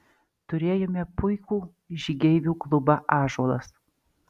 turėjome puikų žygeivių klubą ąžuolas